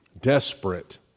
Desperate